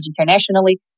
internationally